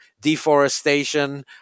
Deforestation